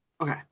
okay